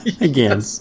again